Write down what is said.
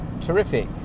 terrific